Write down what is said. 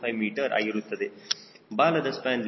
5 metre ಆಗಿರುತ್ತದೆ ಬಾಲದ span 0